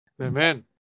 Amen